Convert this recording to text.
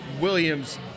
Williams